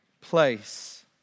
place